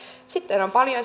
sitten on paljon